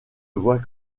voit